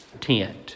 tent